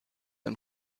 und